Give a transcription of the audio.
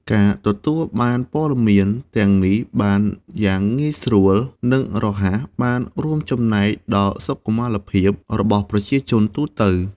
ការទទួលបានព័ត៌មានទាំងនេះបានយ៉ាងងាយស្រួល និងរហ័ស បាន រួមចំណែកដល់សុខុមាលភាព របស់ប្រជាជនទូទៅ។